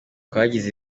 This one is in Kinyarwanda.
twagize